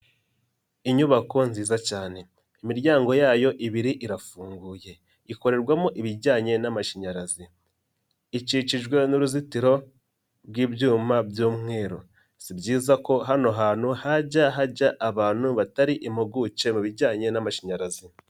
Inyubako nziza cyane imiryango yayo ibiri irafunguye, ikorerwamo ibijyanye n'amashanyarazi, ikikijwe n'uruzitiro rw'ibyuma by'umweru, si byiza ko hano hantu hajya hajya abantu batari impuguke mu bijyanye n'amashanyarazi.